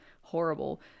horrible